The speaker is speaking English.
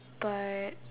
but